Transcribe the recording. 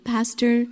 Pastor